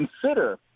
consider